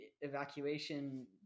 evacuation